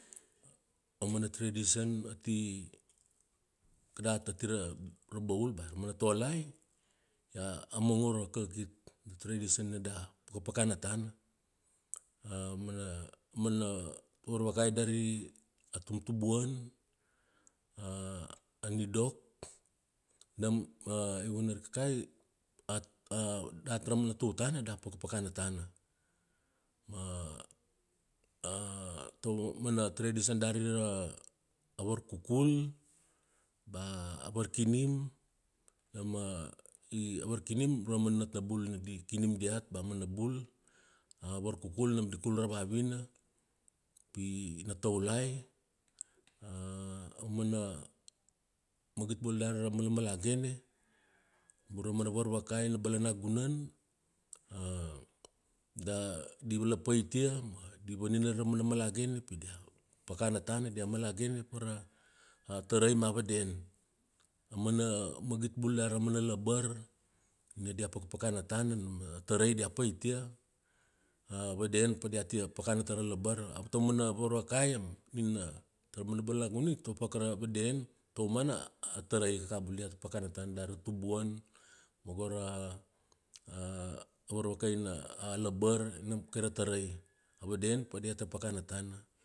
Aumana tradition ati, kadat ati Rabaul, bea aumane tolai, a mongoro kakakit. A mana traition nina da pakapakana tana, a mana, mana varvakai dari, a tumtumbuan, a nidok, nam vana rikai, dat ra mana tutana da pakapakana tana. Ma taumana tradition dari ra varkukul, bea a varkinim, ra mana, varkinim, ra mana natnabul nina di kinim diat, bea a mana bul. A varkukul nina di kul ra vavina, pi na taulai, aumana, magit bula dari ra man malmalagene mara mana varvakai na balanaguan. da di vala pait ia, ma di vaninare ra mana malagene pi dia pakana tana dia malagene pa ra tarai ma vaden. A mana magit bula dari ra mana labar, nia dia pakapakana tana nam ra tarai dia paitia. A vaden pa diata pakana tara labar. Ta uamana varvakai nina ra, tara uamana balanagunan topaka ra vaden ma tauamana a tarai ka bula diata pakana tana dari ra tubuan, ma go ra tago ra varvakai na labar, nam kai ra tarai. A vaden pa diata pakana tana.